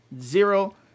zero